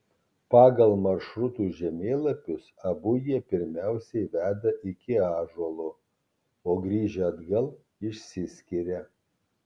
pagal maršrutų žemėlapius abu jie pirmiausiai veda iki ąžuolo o grįžę atgal išsiskiria